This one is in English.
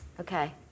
Okay